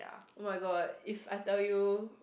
oh-my-god if I tell you